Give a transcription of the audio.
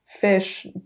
fish